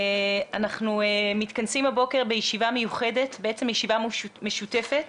אנחנו מתכנסים הבוקר בישיבה מיוחדת, ישיבה משותפת